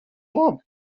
labi